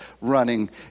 running